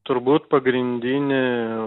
turbūt pagrindinė